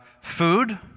food